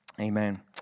Amen